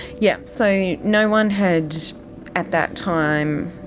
yeah. so no one had at that time,